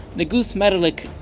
negus menelik.